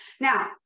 Now